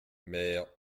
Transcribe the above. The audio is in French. mère